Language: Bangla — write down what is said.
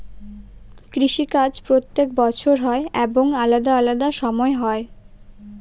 কৃষি কাজ প্রত্যেক বছর হয় এবং আলাদা আলাদা সময় হয়